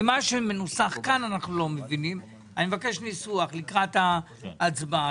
אני מבקש ניסוח לקראת ההצבעה.